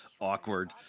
awkward